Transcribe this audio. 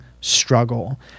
struggle